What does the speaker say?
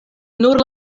nur